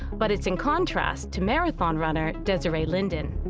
but it's in contrast to marathon runner, desiree linden.